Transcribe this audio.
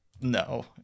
No